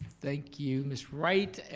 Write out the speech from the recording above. thank you miss wright,